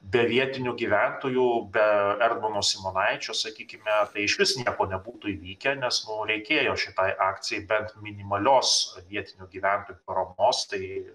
be vietinių gyventojų be erdmono simonaičio sakykime tai išvis nieko nebūtų įvykę nes reikėjo šitai akcijai bent minimalios vietinių gyventojų paramos tai